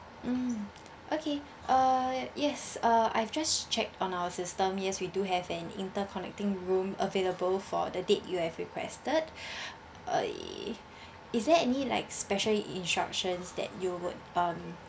mm okay uh yes uh I've just checked on our system yes we do have an interconnecting room available for the date you have requested uh is there any like special instructions that you would um